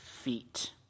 feet